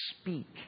speak